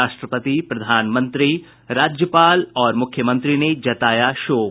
राष्ट्रपति प्रधानमंत्री राज्यपाल और मुख्यमंत्री ने जताया शोक